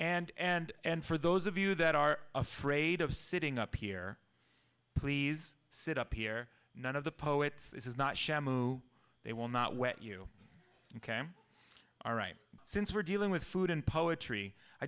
and and and for those of you that are afraid of sitting up here please sit up here one of the poets is not shamoun they will not wait you can all right since we're dealing with food and poetry i